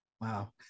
wow